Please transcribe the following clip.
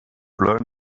learn